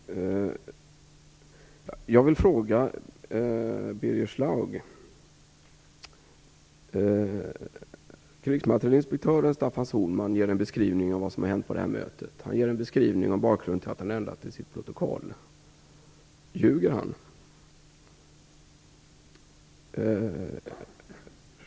Herr talman! Jag vill ställa en fråga till Birger Schlaug. Krigsmaterielinspektören Staffan Sohlman ger en beskrivning av vad som har hänt på mötet. Han ger en beskrivning av bakgrunden till att han har ändrat i sitt protokoll. Ljuger han?